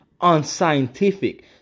unscientific